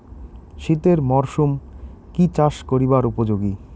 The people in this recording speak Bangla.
শীতের মরসুম কি চাষ করিবার উপযোগী?